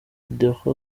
deryck